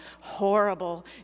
Horrible